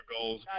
goals